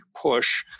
push